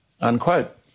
unquote